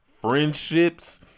friendships